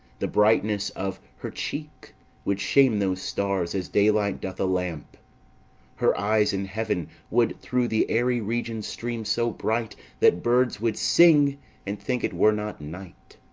the brightness of her cheek would shame those stars as daylight doth a lamp her eyes in heaven would through the airy region stream so bright that birds would sing and think it were not night.